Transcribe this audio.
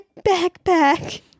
backpack